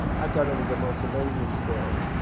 i thought it was the most amazing story.